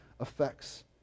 effects